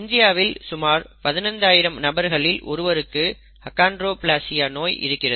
இந்தியாவில் சுமார் 15000 நபர்களில் ஒருவருக்கு அகான்டிரோப்லேசியா நோய் இருக்கிறது